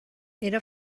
era